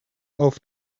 auf